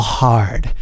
hard